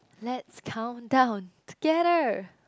let's countdown together